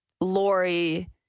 Lori